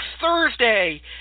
Thursday